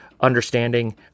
Understanding